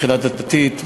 מבחינה דתית,